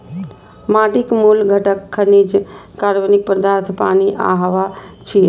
माटिक मूल घटक खनिज, कार्बनिक पदार्थ, पानि आ हवा छियै